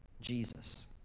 Jesus